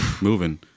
moving